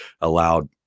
allowed